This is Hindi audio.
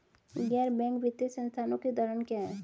गैर बैंक वित्तीय संस्थानों के उदाहरण क्या हैं?